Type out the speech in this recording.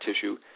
tissue